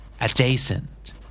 adjacent